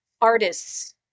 artists